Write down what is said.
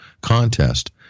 contest